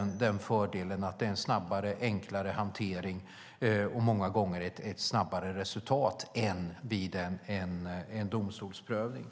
den fördelen att det blir en snabbare och enklare hantering där och många gånger ger ett snabbare resultat än vid en domstolsprövning.